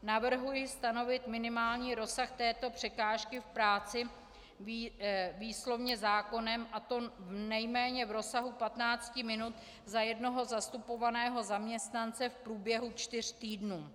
Navrhuji stanovit minimální rozsah této překážky v práci výslovně zákonem, a to nejméně v rozsahu patnácti minut za jednoho zastupovaného zaměstnance v průběhu čtyř týdnů.